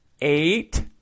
eight